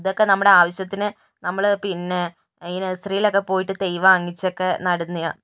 ഇതൊക്കെ നമ്മുടെ ആവശ്യത്തിന് നമ്മൾ പിന്നെ ഈ നേഴ്സറിയിലൊക്കെ പോയിട്ട് തൈ വാങ്ങിച്ചൊക്കെ നടുന്നതാണ്